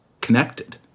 connected